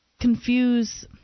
confuse